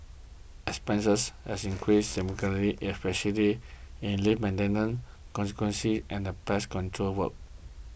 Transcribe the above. expenses have increased significantly especially in lift conservancy and pest control work